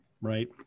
right